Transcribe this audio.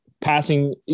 Passing